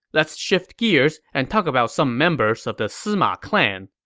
let's shift gears and talk about some members of the sima clan.